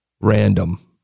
random